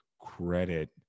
credit